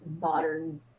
modern